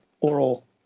oral